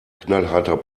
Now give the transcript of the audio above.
knallharter